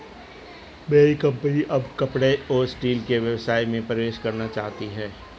मेरी कंपनी अब कपड़े और स्टील के व्यवसाय में प्रवेश करना चाहती है